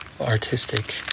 artistic